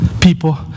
people